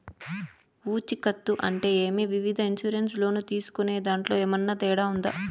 పూచికత్తు అంటే ఏమి? వివిధ ఇన్సూరెన్సు లోను తీసుకునేదాంట్లో ఏమన్నా తేడా ఉందా?